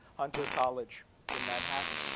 hunter college in manhattan.